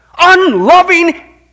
unloving